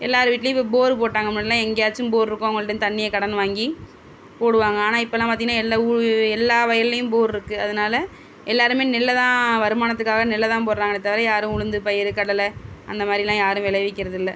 எல்லார் வீட்லேயும் இப்போ போரு போட்டாங்க முன்னாடியெலாம் எங்கேயாச்சும் போரிருக்கும் அவங்கள்ட்டேந்து தண்ணியை கடன் வாங்கி போடுவாங்க ஆனால் இப்பெல்லாம் பார்த்திங்கனா எல்லா உழ் எல்லா வயலேயும் போரிருக்கு அதனால எல்லாேருமே நெல்லை தான் வருமானத்துக்காக நெல்லை தான் போடுகிறாங்களே தவிர யாரும் உளுந்து பயிர் கடலை அந்த மாதிரிலாம் யாரும் விளைவிக்கறது இல்லை